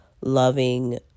loving